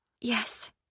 Yes